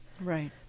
Right